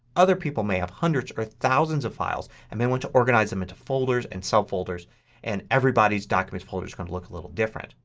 other people may have hundreds or thousands of files and want to organize them into folders and subfolders and everybody's documents folder is going to look a little different.